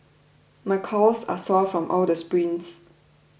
my calves are sore from all the sprints